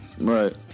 Right